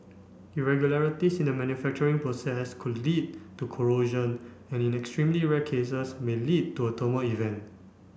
irregularities in the manufacturing process could lead to corrosion and in extremely rare cases may lead to a thermal event